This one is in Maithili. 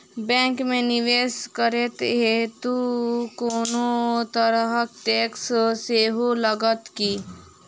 बैंक मे निवेश करै हेतु कोनो तरहक टैक्स सेहो लागत की?